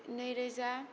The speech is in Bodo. नैरोजा